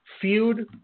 feud